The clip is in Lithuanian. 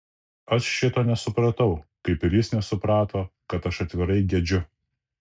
aš šito nesupratau kaip ir jis nesuprato kad aš atvirai gedžiu